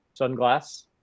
sunglass